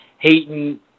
Hating